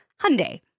Hyundai